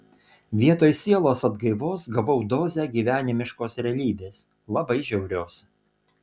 vietoj sielos atgaivos gavau dozę gyvenimiškos realybės labai žiaurios